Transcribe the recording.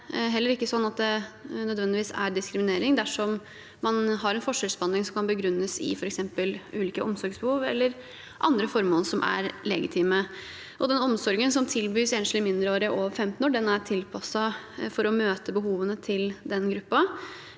heller ikke slik at det nødvendigvis er diskriminering dersom man har en forskjellsbehandling som kan begrunnes i f.eks. ulike omsorgsbehov eller andre formål som er legitime. Den omsorgen som tilbys enslige mindreårige over 15 år, er tilpasset for å møte behovene til den gruppen.